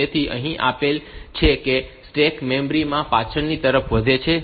તેથી અહીં આપેલ છે કે સ્ટેક મેમરી માં પાછળની તરફ વધે છે